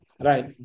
right